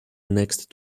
next